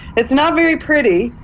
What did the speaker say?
it's not very pretty.